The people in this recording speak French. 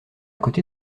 côté